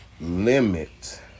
limit